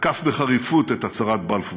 תקף בחריפות את הצהרת בלפור.